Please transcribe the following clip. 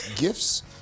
GIFTS